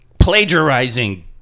Plagiarizing